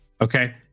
Okay